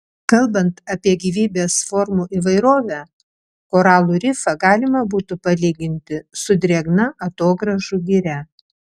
kalbant apie gyvybės formų įvairovę koralų rifą galima būtų palyginti su drėgna atogrąžų giria